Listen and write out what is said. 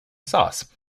sauce